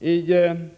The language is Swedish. s.